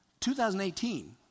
2018